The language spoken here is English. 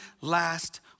last